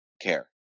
care